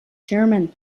chairman